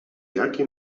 jaki